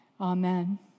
Amen